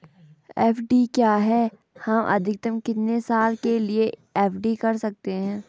FD क्या है हम अधिकतम कितने साल के लिए एफ.डी कर सकते हैं?